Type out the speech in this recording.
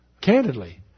Candidly